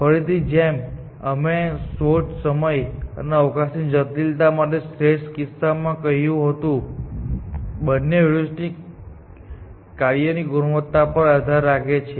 ફરીથી જેમ કે અમે શોધ સમય અને અવકાશની જટિલતા માટે શ્રેષ્ઠ કિસ્સામાં કહ્યું હતું બંને હ્યુરિસ્ટિક કાર્યની ગુણવત્તા પર આધાર રાખે છે